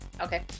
Okay